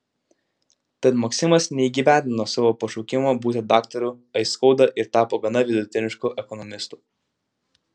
tad maksimas neįgyvendino savo pašaukimo būti daktaru aiskauda ir tapo gana vidutinišku ekonomistu